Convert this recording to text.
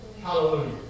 Hallelujah